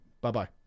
Bye-bye